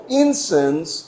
incense